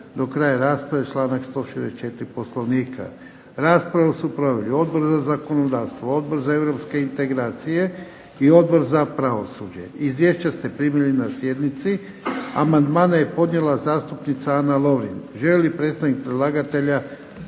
do kraja rasprave, članak 164. Poslovnika. Raspravu su proveli Odbor za zakonodavstvo, odbor za europske integracije i Odbor za pravosuđe. Izvješća ste primili na sjednici. Amandmane je podnijela zastupnica Ana Lovrin. Želi li predstavnik predlagatelja